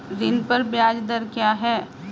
ऋण पर ब्याज दर क्या है?